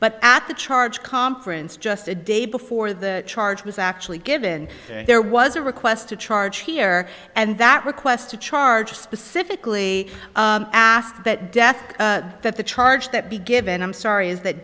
but at the charge conference just a day before the charge was actually given there was a request to charge here and that request to charge specifically asked that death that the charge that be given i'm sorry is that